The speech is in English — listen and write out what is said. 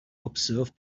observe